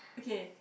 okay